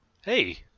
Hey